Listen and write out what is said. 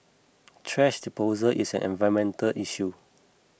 thrash disposal is an environmental issue